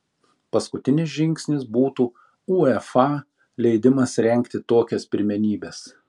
paskutinis žingsnis būtų uefa leidimas rengti tokias pirmenybes